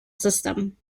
system